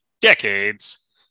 decades